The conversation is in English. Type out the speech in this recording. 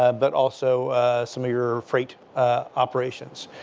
um but also some of your freight operations.